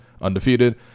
undefeated